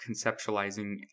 conceptualizing